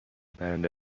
پرنده